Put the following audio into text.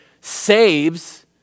saves